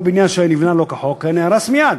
כל בניין שהיה נבנה לא כחוק היה נהרס מייד,